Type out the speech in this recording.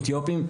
אתיופים,